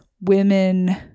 women